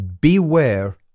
beware